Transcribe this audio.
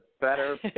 better